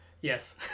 Yes